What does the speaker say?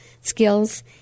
skills